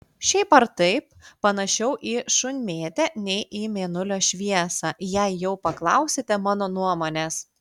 šiaip ar taip panašiau į šunmėtę nei į mėnulio šviesą jei jau paklausite mano nuomonės